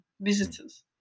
visitors